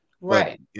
Right